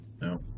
No